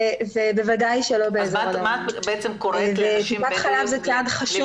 ובוודאי שלא באזור --- וטיפת חלב זה צד חשוב